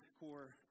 core